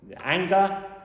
Anger